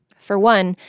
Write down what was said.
for one,